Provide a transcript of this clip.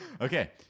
Okay